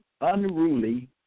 unruly